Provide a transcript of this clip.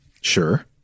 Sure